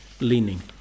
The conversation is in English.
leaning